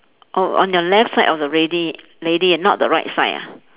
oh on your left side of the ready lady not the right side ah